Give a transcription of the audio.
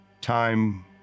time